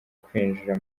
kwinjira